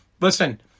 Listen